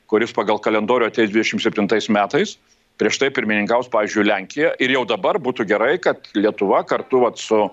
kuris pagal kalendorių ateis dvidešimt septintais metais prieš tai pirmininkaus pavyzdžiui lenkija ir jau dabar būtų gerai kad lietuva kartu vat su